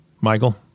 michael